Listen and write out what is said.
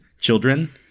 Children